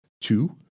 Two